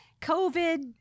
COVID